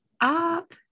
up